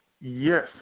Yes